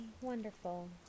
wonderful